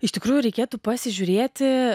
iš tikrųjų reikėtų pasižiūrėti